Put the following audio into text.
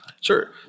Sure